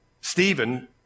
Stephen